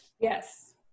Yes